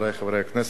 חברי חברי הכנסת,